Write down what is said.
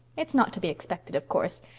it's not to be expected, of course.